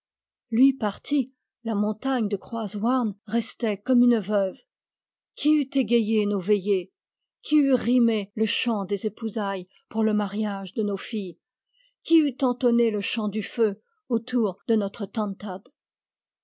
lui parti la montagne de croaz houarn restait comme une veuve qui eût égayé nos veillées qui eût rimé le chant des épousailles pour le mariage de nos filles qui eût entonné le chant du feu autour de notre